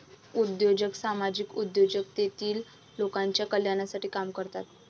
उद्योजक सामाजिक उद्योजक तेतील लोकांच्या कल्याणासाठी काम करतात